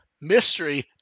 mystery